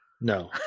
No